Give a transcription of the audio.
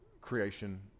creation